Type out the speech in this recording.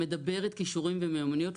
היא מדברת כישורים ומיומנויות,